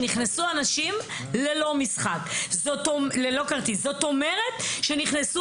שנכנסו אנשים ללא כרטיס וכתוצאה מכך נכנסו